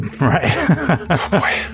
Right